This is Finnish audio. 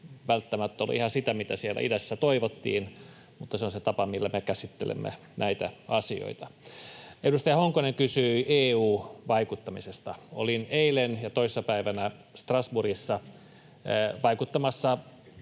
välttämättä ole ihan sitä, mitä siellä idässä toivottiin, mutta se on se tapa, millä me käsittelemme näitä asioita. Edustaja Honkonen kysyi EU-vaikuttamisesta. Olin eilen ja toissa päivänä Strasbourgissa vaikuttamassa